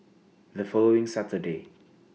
The following Saturday